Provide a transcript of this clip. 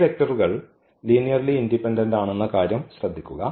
ഈ വെക്റ്ററുകൾ ലീനിയർലി ഇൻഡിപെൻഡന്റാണെന്ന കാര്യം ശ്രദ്ധിക്കുക